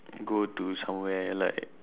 go to somewhere like